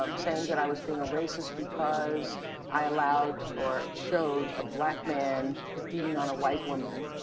um saying that i was being a racist because i allowed or showed a black man beating on a white woman.